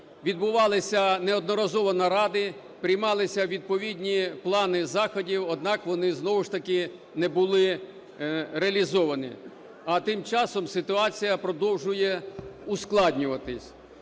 Відбувалися неодноразово наради, приймалися відповідні плани заходів, однак вони знову ж таки не були реалізовані. А тим часом ситуація продовжує ускладнюватися.